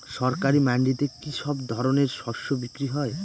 সরকারি মান্ডিতে কি সব ধরনের শস্য বিক্রি হয়?